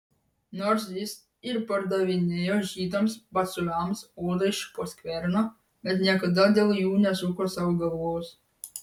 nors jis ir pardavinėjo žydams batsiuviams odą iš po skverno bet niekada dėl jų nesuko sau galvos